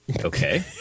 okay